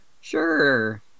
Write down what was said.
Sure